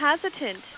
hesitant